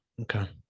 Okay